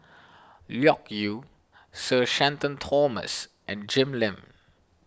Loke Yew Sir Shenton Thomas and Jim Lim